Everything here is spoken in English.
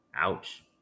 Ouch